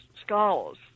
scholars